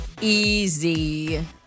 Easy